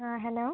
ആ ഹലോ